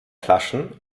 flaschen